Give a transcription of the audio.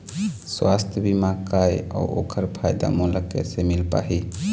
सुवास्थ बीमा का ए अउ ओकर फायदा मोला कैसे मिल पाही?